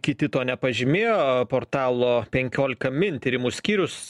kiti to nepažymėjo portalo penkiolika min tyrimų skyrius